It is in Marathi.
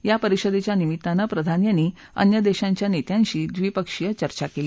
या परिषदछ्या निमित्तानं प्रधान यांनी अन्य दधीच्या नस्वांशी ड्वीपक्षीय चर्चा कली